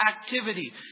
activity